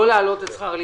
לא להעלות את שכר הלימוד.